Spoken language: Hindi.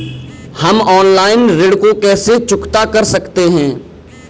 हम ऑनलाइन ऋण को कैसे चुकता कर सकते हैं?